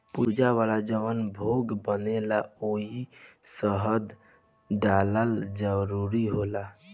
पूजा वाला जवन भोग बनेला ओइमे शहद डालल जरूरी होला